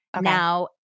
Now